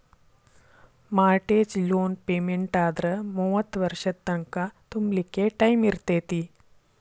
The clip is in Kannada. ಮಾರ್ಟೇಜ್ ಲೋನ್ ಪೆಮೆನ್ಟಾದ್ರ ಮೂವತ್ತ್ ವರ್ಷದ್ ತಂಕಾ ತುಂಬ್ಲಿಕ್ಕೆ ಟೈಮಿರ್ತೇತಿ